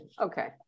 okay